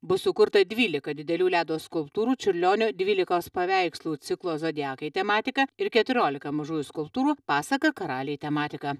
bus sukurta dvylika didelių ledo skulptūrų čiurlionio dvylikos paveikslų ciklo zodiakai tematika ir keturiolika mažųjų skulptūrų pasaka karaliai tematika